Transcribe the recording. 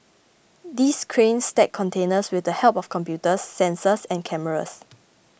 these cranes stack containers with the help of computers sensors and cameras